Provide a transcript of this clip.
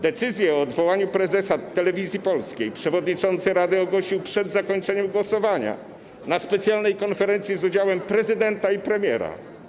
Decyzję o odwołaniu prezesa Telewizji Polskiej przewodniczący rady ogłosił przed zakończeniem głosowania na specjalnej konferencji z udziałem prezydenta i premiera.